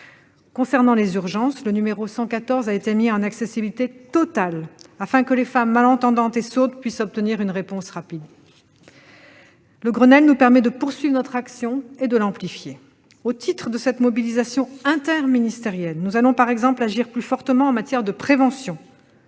concerne les urgences, le numéro 114 a été mis en accessibilité totale, afin que les femmes malentendantes ou sourdes puissent obtenir une réponse rapide. Le Grenelle nous permet de poursuivre notre action et de l'amplifier. Ainsi, au titre de cette mobilisation interministérielle, nous allons agir plus fortement en matière de prévention.